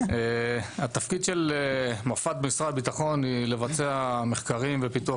התפקיד של מפא"ת במשרד הביטחון הוא לבצע מחקרים ופיתוח